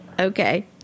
Okay